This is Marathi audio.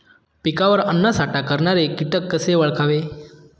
पिकावर अन्नसाठा करणारे किटक कसे ओळखावे?